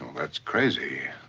that's crazy.